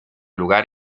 lugar